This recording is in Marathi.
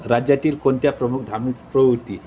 राज्यातील कोणत्या प्रमुख धार्मिक प्रवृत्ती